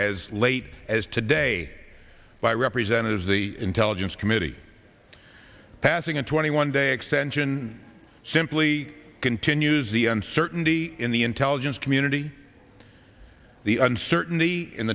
as late as today by representatives of the intelligence committee passing a twenty one day extension simply continues the uncertainty in the intelligence community the uncertainty